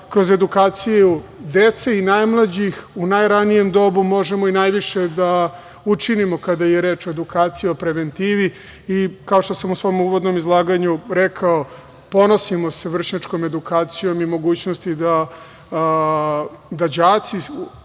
kroz edukaciju dece i najmlađih u najranijem dobu možemo i najviše da učinimo kada je reč o edukaciji i preventivi. Kao što sam u svom uvodnom izlaganju rekao, ponosimo se vršnjačkom edukacijom i mogućnosti da đaci,